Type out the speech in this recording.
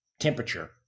temperature